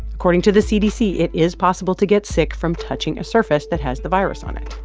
according to the cdc, it is possible to get sick from touching a surface that has the virus on it.